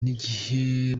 n’igihe